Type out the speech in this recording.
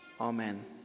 Amen